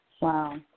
Wow